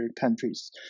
countries